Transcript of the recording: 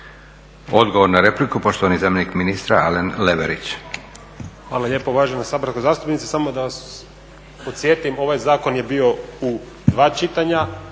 Odgovor na repliku poštovani zamjenik ministra Alen Leverić. **Leverić, Alen** Hvala lijepo. Uvažena saborska zastupnice, samo da vas podsjetim ovaj zakon je bio u dva čitanja,